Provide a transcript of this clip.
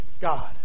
God